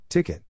Ticket